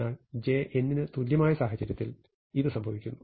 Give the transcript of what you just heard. എന്നാൽ j n ന് തുല്യമായ സാഹചര്യത്തിൽ ഇത് സംഭവിക്കുന്നു